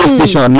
station